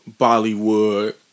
Bollywood